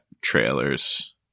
trailers